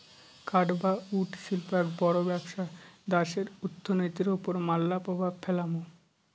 কাঠ বা উড শিল্প এক বড় ব্যবসা দ্যাশের অর্থনীতির ওপর ম্যালা প্রভাব ফেলামু